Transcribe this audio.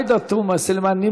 עאידה תומא סלימאן,